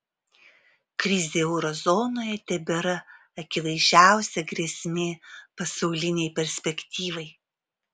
krizė euro zonoje tebėra akivaizdžiausia grėsmė pasaulinei perspektyvai